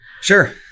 Sure